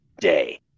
day